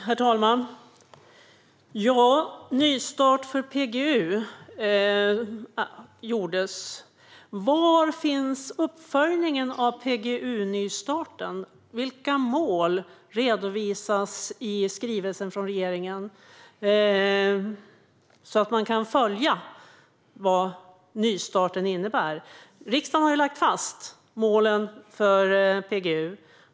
Herr talman! En nystart för PGU gjordes. Var finns uppföljningen av PGU-nystarten? Vilka mål redovisas i skrivelsen från regeringen så att man kan följa vad nystarten innebär? Riksdagen har lagt fast målen för PGU.